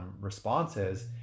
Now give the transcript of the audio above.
responses